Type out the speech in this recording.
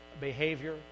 behavior